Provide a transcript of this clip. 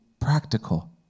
practical